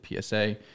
PSA